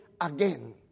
again